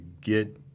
get